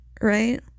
right